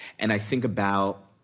and i think about.